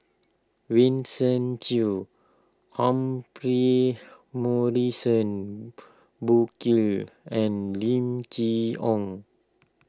Vincent Cheng Humphrey Morrison Burkill and Lim Chee Onn